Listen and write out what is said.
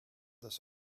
this